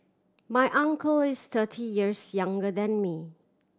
my uncle is thirty years younger than me